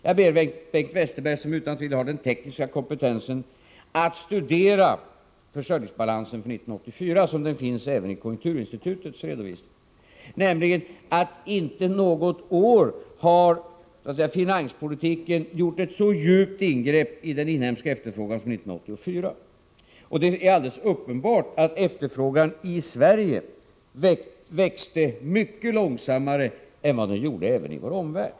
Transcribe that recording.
Jag ber Bengt Westerberg, som utan tvivel har den tekniska kompetensen, att studera försörjningsbalansen för 1984 som den återfinns även i konjunkturinstitutets redovisning. Inte något år har nämligen finanspolitiken gjort ett så djupt ingrepp i den inhemska efterfrågan som 1984, och det är alldeles uppenbart att efterfrågan i Sverige växte mycket långsammare än vad den gjorde i vår omvärld.